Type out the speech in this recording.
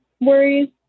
worries